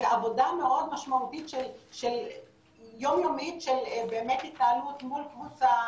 זו עבודה מאוד משמעותית יום יומית של באמת עמידה מול קבוצה,